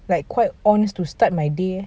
like quite ons to start my day leh